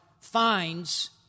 finds